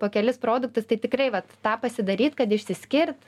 po kelis produktus tai tikrai vat tą pasidaryt kad išsiskirt